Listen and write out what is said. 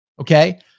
okay